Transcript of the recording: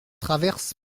traverse